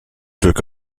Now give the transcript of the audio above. took